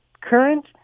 current